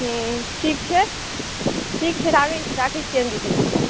हँ ठीक छै ठीक ठीक छै राखैत राखैत छियनि दीदी